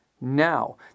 now